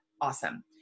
awesome